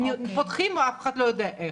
שפותחים ואף אחד לא יודע איך.